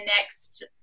next